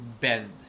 bend